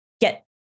get